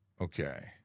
Okay